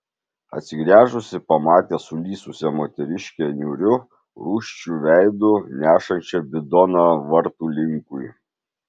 atsigręžusi pamatė sulysusią moteriškę niūriu rūsčiu veidu nešančią bidoną vartų linkui